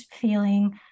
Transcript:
feeling